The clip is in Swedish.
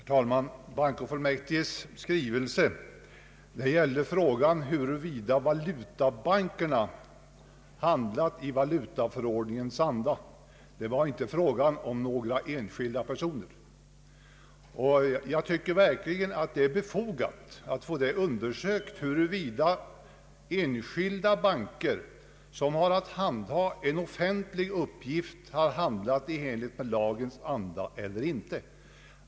Herr talman! Bankofullmäktiges skrivelse gällde frågan huruvida valutabankerna handlat i valutaförordningens anda. Det var inte fråga om några enskilda personer. Det är verkligen befogat att få klarlagt huruvida enskilda banker, som har att handlägga en offentlig uppgift, har handlat i enlighet med lagens anda eller inte.